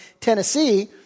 Tennessee